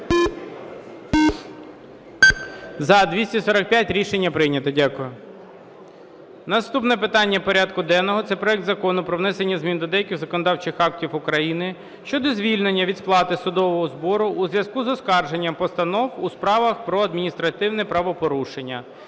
За-245 Рішення прийнято. Дякую. Наступне питання порядку денного – це проект Закону про внесення змін до деяких законодавчих актів України щодо звільнення від сплати судового збору у зв'язку з оскарженням постанов у справах про адміністративні правопорушення